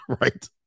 right